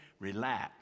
relax